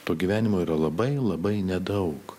to gyvenimo yra labai labai nedaug